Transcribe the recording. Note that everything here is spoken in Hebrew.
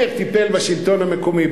מאיר טיפל בשלטון המקומי.